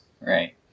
right